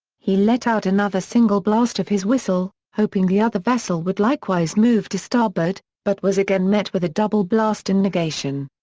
he let out another single blast of his whistle, hoping the other vessel would likewise move to starboard, but was again met with a double-blast in negation.